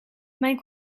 mijn